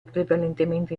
prevalentemente